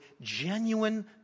genuine